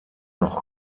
noch